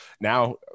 now